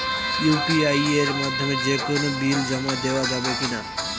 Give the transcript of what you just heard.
UPI এর মাধ্যমে যে কোনো বিল জমা দেওয়া যাবে কি না?